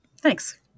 Thanks